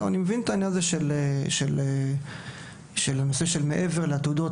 אני מבין את העניין של הנושא של מעבר לתעודות,